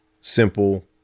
simple